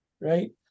Right